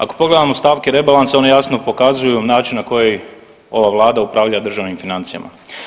Ako pogledamo stavke rebalansa one jasno pokazuju način na koji ova vlada upravlja državnim financijama.